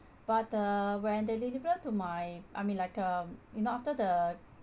but uh when they delivered to my I mean like uh you know after the